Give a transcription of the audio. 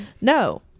no